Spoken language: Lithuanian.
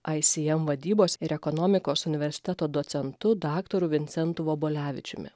icm vadybos ir ekonomikos universiteto docentu daktaru vincentu vobolevičiumi